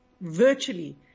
virtually